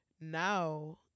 now